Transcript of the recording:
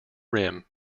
rim